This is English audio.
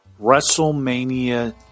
WrestleMania